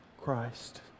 Christ